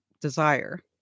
desire